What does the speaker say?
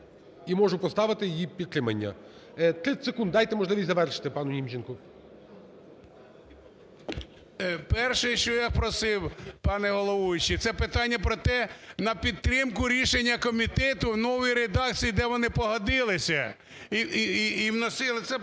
і можу поставити її підтримання. 30 секунд, дайте можливість завершити пану Німченку. 16:15:46 НІМЧЕНКО В.І. Перше, що я просив, пане головуючий, це питання про те, на підтримку рішення комітету в новій редакції, де вони погодилися і вносили…